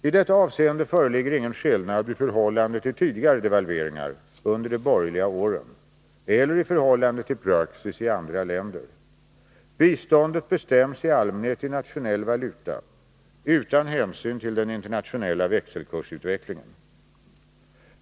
I detta avseende föreligger ingen skillnad i förhållande till tidigare devalveringar under de borgerliga åren, eller i förhållande till praxis i andra länder: biståndet bestäms i allmänhet i nationell valuta utan hänsyn till den internationella växelkursutvecklingen.